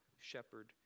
shepherd